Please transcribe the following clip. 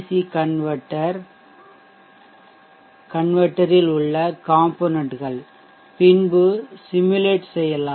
C கன்வெர்ட்டர்மாற்றி இல் உள்ள காம்பொனென்ட் கள் பின்பு சிமுலேட் செய்யலாம்